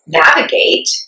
navigate